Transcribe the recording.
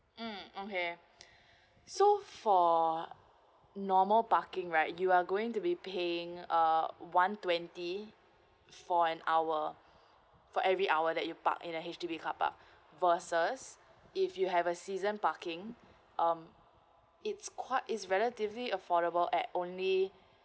mm okay so for normal parking right you are going to be paying err one twenty for an hour for every hour that you park in a H_D_B car park versus if you have a season parking um it's quite it's relatively affordable at only